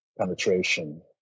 penetration